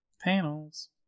panels